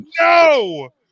No